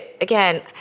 again